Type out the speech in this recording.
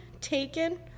taken